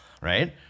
right